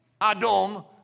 Adom